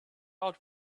out